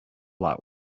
lot